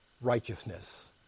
righteousness